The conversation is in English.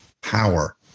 power